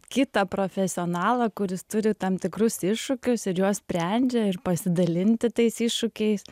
kitą profesionalą kuris turi tam tikrus iššūkius ir juos sprendžia ir pasidalinti tais iššūkiais